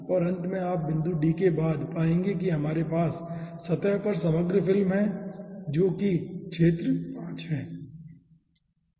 और अंत में आप बिंदु d के बाद पाएंगे कि हमारे पास सतह पर समग्र फिल्म है जो कि क्षेत्र 5 है